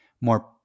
more